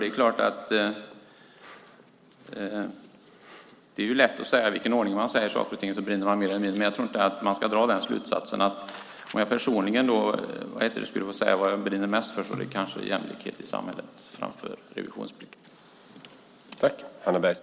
Det är lätt att säga att beroende på i vilken ordning man säger saker och ting brinner man mer eller mindre för dem. Men man ska inte dra den slutsatsen. Om jag personligen ska säga vad jag brinner mest för blir det jämlikhet i samhället framför revisionsplikt.